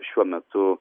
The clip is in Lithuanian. šiuo metu